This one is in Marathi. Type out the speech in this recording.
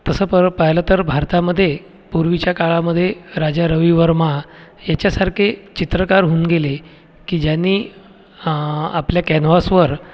तसं बरं पाहिलं तर भारतामध्ये पूर्वीच्या काळामध्ये राजा रविवर्मा याच्यासारखे चित्रकार होऊन गेले की ज्यांनी आपल्या कॅनव्हासवर